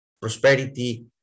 prosperity